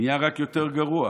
נהיה רק יותר גרוע.